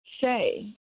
say